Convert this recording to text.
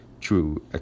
true